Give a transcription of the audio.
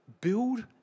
build